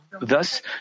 Thus